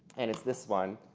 and it's this one.